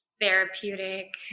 therapeutic